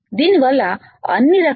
దీనివల్ల అన్ని రకాల